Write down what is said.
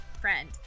Friend